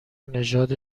نژاد